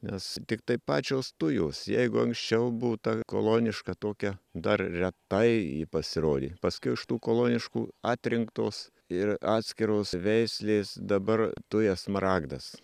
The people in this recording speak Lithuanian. nes tiktai pačios tujos jeigu anksčiau būta koloniška tokia dar retai pasirodė paskiau iš tų koloniškų atrinktos ir atskiros veislės dabar tuja smaragdas